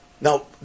now